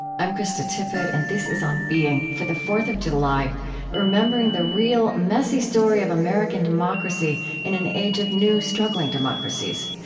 i'm krista tippett and this is on being for the fourth of july remembering the real, messy story of american democracy, in an age of new struggling democracies.